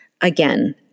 again